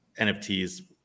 NFTs